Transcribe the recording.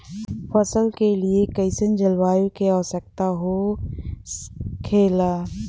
फसल के लिए कईसन जलवायु का आवश्यकता हो खेला?